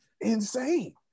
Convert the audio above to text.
insane